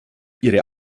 ihre